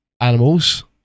animals